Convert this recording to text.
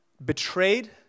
Betrayed